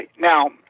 now